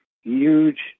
huge